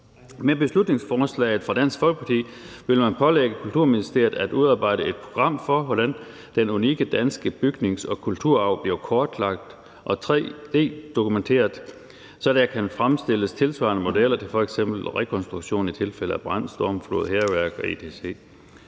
Med beslutningsforslaget fra Dansk Folkeparti vil man pålægge Kulturministeriet at udarbejde et program for, hvordan den unikke danske bygnings- og kulturarv bliver kortlagt og tre-d-dokumenteret, så der kan fremstilles tilsvarende modeller til f.eks. rekonstruktion i tilfælde af brand, stormflod, hærværk etc.